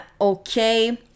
okay